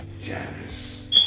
Janice